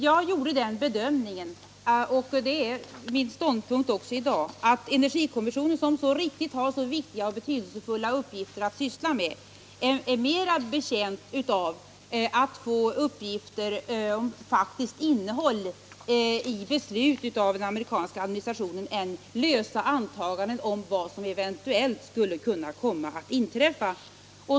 Jag gjorde den bedömningen — och det är min ståndpunkt också i dag — att energikommissionen, som mycket riktigt har så betydelsefulla uppgifter, är mera betjänt av att få information om det faktiska innehållet i beslut av den amerikanska administrationen än lösa antaganden om vad som eventuellt skulle kunna komma att inträffa.